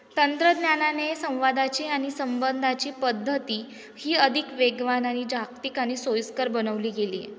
तंत्रज्ञानाने संवादाची आणि संबंधाची पद्धती ही अधिक वेगवान आणि जागतिक आणि सोयीस्कर बनवली गेली आहे